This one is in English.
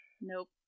Nope